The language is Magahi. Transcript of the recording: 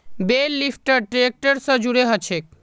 बेल लिफ्टर ट्रैक्टर स जुड़े जाछेक